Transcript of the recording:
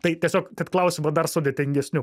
tai tiesiog kad klausimą dar sudėtingesniu